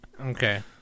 Okay